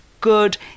good